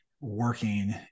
working